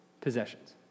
possessions